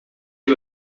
heb